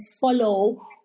follow